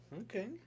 Okay